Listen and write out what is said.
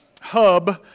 hub